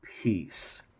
peace